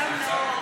אתה אדם נאור.